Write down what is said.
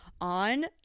on